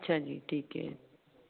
ਹਾਂਜੀ ਠੀਕ ਹ